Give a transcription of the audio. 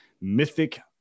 mythic